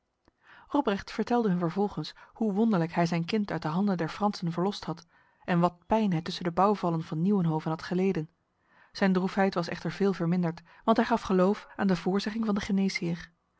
robrecht vertelde hun vervolgens hoe wonderlijk hij zijn kind uit de handen der fransen verlost had en wat pijn hij tussen de bouwvallen van nieuwenhove had geleden zijn droefheid was echter veel verminderd want hij gaf geloof aan de voorzegging van de